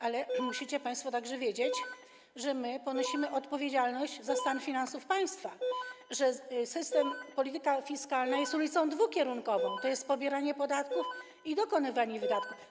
Ale musicie państwo także wiedzieć, że ponosimy odpowiedzialność za stan finansów państwa, że system, polityka fiskalna jest ulicą dwukierunkową, to jest pobieranie podatków i dokonywanie wydatków.